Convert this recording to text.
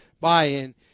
buy-in